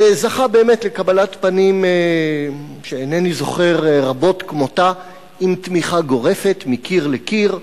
וזכה באמת לקבלת פנים שאינני זוכר רבות כמותה עם תמיכה גורפת מקיר לקיר,